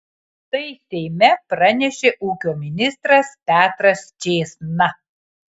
tai seime pranešė ūkio ministras petras čėsna